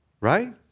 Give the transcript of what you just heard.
right